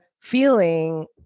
feeling